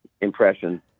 impression